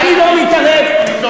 חבר הכנסת גפני, אני לא מתערב, מותר